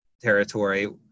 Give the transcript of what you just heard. territory